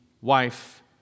wife